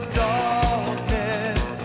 darkness